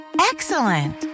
Excellent